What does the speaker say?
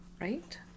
Right